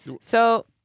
So-